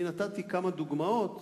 אני נתתי כמה דוגמאות,